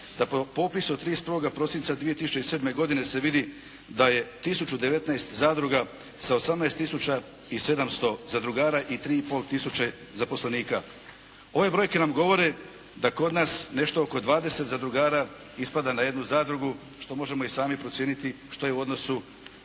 da po popisu od 31. prosinca 2007. godine se vidi da je 1019 zadruga sa 18 tisuća i 700 zadrugara i 3 i pol tisuće zaposlenika. Ove brojke nam govore da kod nas nešto oko 20 zadrugara ispada na jednu zadrugu što možemo i sami procijeniti što je u odnosu